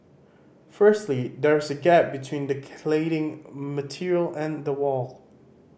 firstly there's a gap between the cladding material and the wall